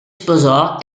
sposò